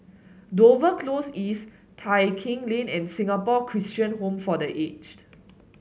Dover Close East Tai Keng Lane and Singapore Christian Home for The Aged